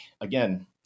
again